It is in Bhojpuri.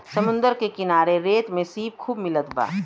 समुंदर के किनारे रेत में सीप खूब मिलत बा